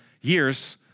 years